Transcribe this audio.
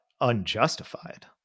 unjustified